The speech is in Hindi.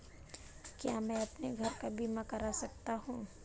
क्या मैं अपने घर का बीमा करा सकता हूँ?